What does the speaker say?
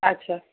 अच्छा